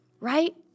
right